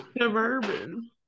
Suburban